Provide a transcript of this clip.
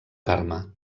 carme